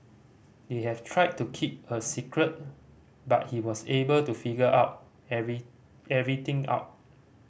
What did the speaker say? they have tried to keep a secret but he was able to figure out every everything out